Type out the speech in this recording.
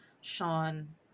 Sean